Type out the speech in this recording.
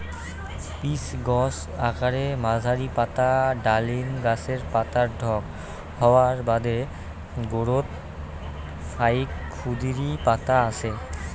pitch গছ আকারে মাঝারী, পাতা ডালিম গছের পাতার ঢক হওয়ার বাদে গোরোত ফাইক ক্ষুদিরী পাতা আছে